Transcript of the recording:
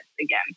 again